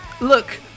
Look